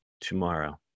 tomorrow